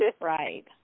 Right